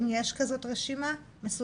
האם יש כזאת רשימה מסודרת?